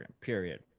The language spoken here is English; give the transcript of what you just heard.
period